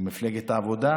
עם מפלגת העבודה,